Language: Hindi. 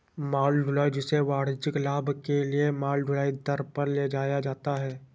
माल ढुलाई, जिसे वाणिज्यिक लाभ के लिए माल ढुलाई दर पर ले जाया जाता है